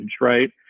Right